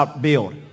build